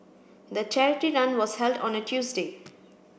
the charity run was held on a Tuesday